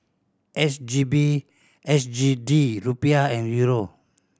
S G B S G D Rupiah and Euro